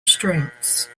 strengths